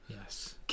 Yes